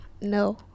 No